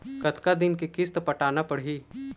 कतका दिन के किस्त पटाना पड़ही?